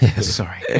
Sorry